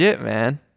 man